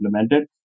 implemented